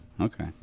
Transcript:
Okay